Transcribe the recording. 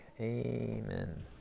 amen